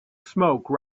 smoke